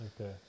Okay